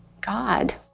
God